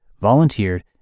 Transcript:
volunteered